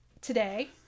today